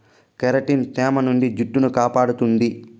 keratin తేమ నుండి జుట్టును కాపాడుతుంది